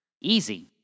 Easy